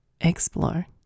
explore